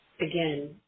again